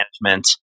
management